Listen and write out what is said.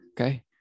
okay